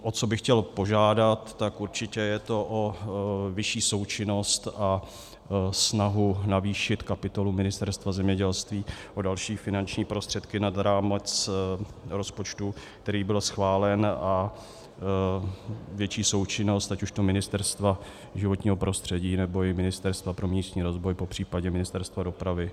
O co bych chtěl požádat, tak určitě je to o vyšší součinnost a snahu navýšit kapitolu Ministerstva zemědělství o další finanční prostředky nad rámec rozpočtu, který byl schválen, a větší součinnost ať už Ministerstva životního prostředí, anebo i Ministerstva pro místní rozvoj, popř. Ministerstva dopravy.